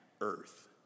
earth